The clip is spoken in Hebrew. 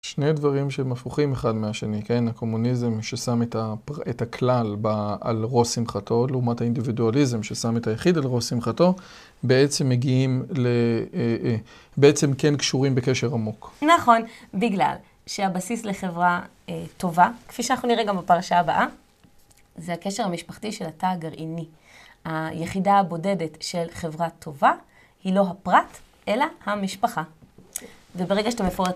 שני דברים שהם הפוכים אחד מהשני, כן? הקומוניזם ששם את הכלל על ראש שמחתו לעומת האינדיבידואליזם ששם את היחיד על ראש שמחתו, בעצם מגיעים, בעצם כן קשורים בקשר עמוק. נכון, בגלל שהבסיס לחברה טובה, כפי שאנחנו נראה גם בפרשה הבאה, זה הקשר המשפחתי של התא הגרעיני. היחידה הבודדת של חברה טובה היא לא הפרט, אלא המשפחה. וברגע שאתה מפרק...